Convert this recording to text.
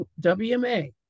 wma